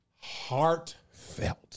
heartfelt